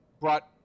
brought